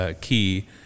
key